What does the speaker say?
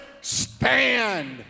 Stand